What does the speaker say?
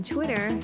Twitter